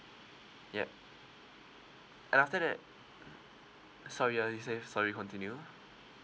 ya and after that sorry uh you say sorry continue